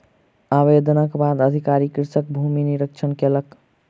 आवेदनक बाद अधिकारी कृषकक भूमि निरिक्षण कयलक